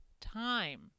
time